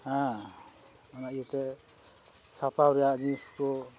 ᱦᱮᱸ ᱚᱱᱟ ᱤᱭᱟᱹᱛᱮ ᱥᱟᱯᱟᱵ ᱨᱮᱱᱟᱜ ᱡᱤᱱᱤᱥ ᱠᱚ